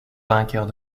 vainqueurs